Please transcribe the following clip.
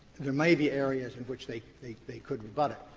there may be areas in which they they they could rebut it.